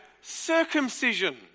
circumcision